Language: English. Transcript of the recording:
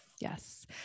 Yes